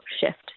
shift